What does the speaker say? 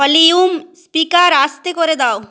volume speaker আস্তে করে দাও